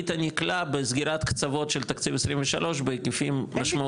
היית נקלע בסגירת קצבות של תקציב 23 בהיקפים משמעותיים.